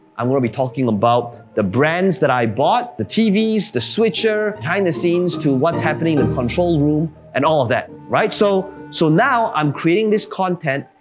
i'm gonna be talking about the brands that i bought, the tvs, the switcher, behind the scenes to what's happening in control room and all of that, right? so so now i'm creating this content,